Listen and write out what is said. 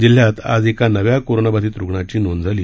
जिल्ह्यात आज एका नव्या कोरोनाबाधित रुग्णाचीही नोंद झाली